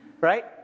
right